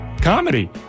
comedy